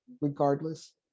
regardless